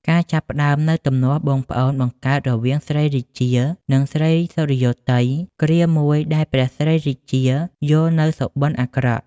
ការចាប់ផ្ដើមនូវទំនាស់បងប្អូនបង្កើតរវាង ស្រីរាជា និង ស្រីសុរិយោទ័យ គ្រាមួយដែលព្រះស្រីរាជា យល់នូវសុបិនអាក្រក់។